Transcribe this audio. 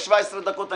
התייעצות סיעתית.